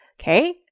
Okay